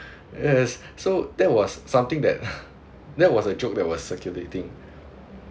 yes so that was something that that was a joke that was circulating